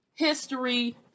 history